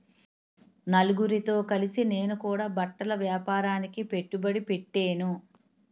నలుగురితో కలిసి నేను కూడా బట్టల ఏపారానికి పెట్టుబడి పెట్టేను